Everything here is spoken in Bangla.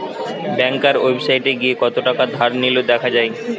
ব্যাংকার ওয়েবসাইটে গিয়ে কত থাকা ধার নিলো দেখা যায়